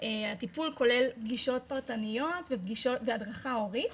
הטיפול כולל פגישות פרטניות והדרכה הורית.